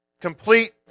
complete